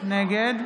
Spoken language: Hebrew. נגד